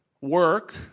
work